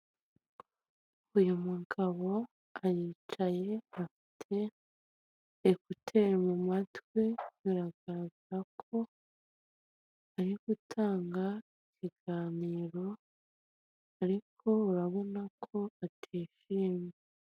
Uyu mugabo aricaye afite ekuteri mu matwi biragaragara ko ari gutanga ikiganiro ariko urabona ko ategereye.